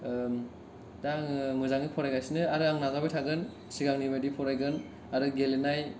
दा आङो मोजोङै फरायगासिनो आरो आं नाजाबाय थागोन सिगांनि बादि फरायगोन आरो गेलेनाय